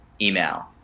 email